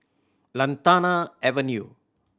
Lantana Avenue